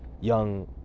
young